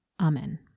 Amen